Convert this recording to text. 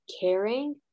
caring